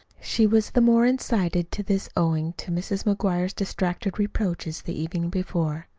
she was the more incited to this owing to mrs. mcguire's distracted reproaches the evening before.